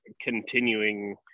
continuing